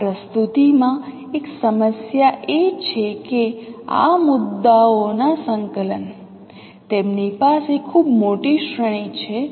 આ પ્રસ્તુતિમાં એક સમસ્યા એ છે કે આ મુદ્દાઓના સંકલન તેમની પાસે ખૂબ મોટી શ્રેણી છે